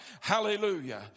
Hallelujah